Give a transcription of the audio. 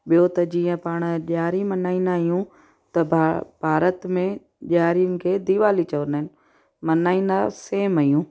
ॿियों त जीअं पाण ॾिआरी मल्हाईंदा आहियूं त भा भारत में ॾियारीयुनि खे दीवाली चवंदा आहिनि मल्हाईंदा सेम आहियूं